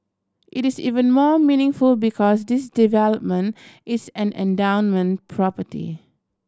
it is even more meaningful because this development is an endowment property